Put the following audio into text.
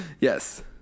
Yes